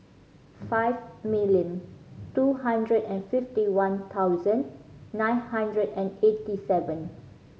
five million two hundred and fifty one thousand nine hundred and eighty seven